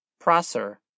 prosser